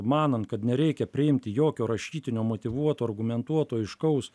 manant kad nereikia priimti jokio rašytinio motyvuoto argumentuoto aiškaus